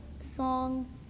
song